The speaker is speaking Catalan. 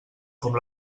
com